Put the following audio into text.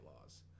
laws